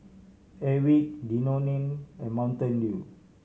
Airwick Danone and Mountain Dew